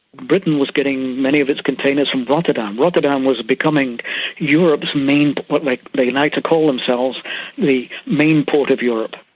britain was getting many of its containers from rotterdam. rotterdam was becoming europe's main, like they like to call themselves the main port of europe,